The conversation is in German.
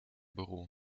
büro